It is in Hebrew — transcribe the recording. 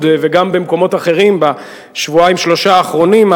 וגם במקומות אחרים בשבועיים-שלושה האחרונים,